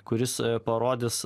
kuris parodys